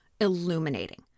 illuminating